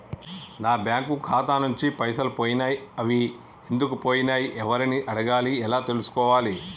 నా బ్యాంకు ఖాతా నుంచి పైసలు పోయినయ్ అవి ఎందుకు పోయినయ్ ఎవరిని అడగాలి ఎలా తెలుసుకోవాలి?